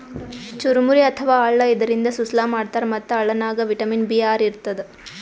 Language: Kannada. ಚುರಮುರಿ ಅಥವಾ ಅಳ್ಳ ಇದರಿಂದ ಸುಸ್ಲಾ ಮಾಡ್ತಾರ್ ಮತ್ತ್ ಅಳ್ಳನಾಗ್ ವಿಟಮಿನ್ ಬಿ ಆರ್ ಇರ್ತದ್